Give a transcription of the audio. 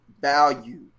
value